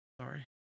sorry